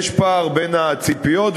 יש פער בין הציפיות,